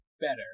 better